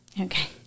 okay